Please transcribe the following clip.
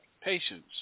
patience